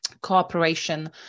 cooperation